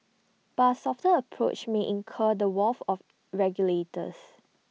but softer approach may incur the wrath of regulators